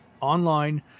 online